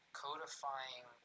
codifying